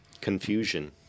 Confusion